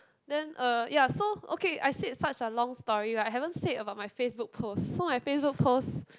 then uh ya so okay I said such a long story right I haven't said about my Facebook post so my Facebook post